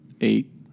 eight